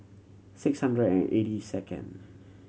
six hundred and eighty second